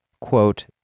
quote